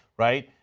right?